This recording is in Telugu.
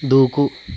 దూకు